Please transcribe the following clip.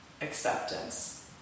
acceptance